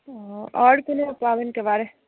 आओर कोनो पाबनिके बारे